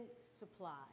supply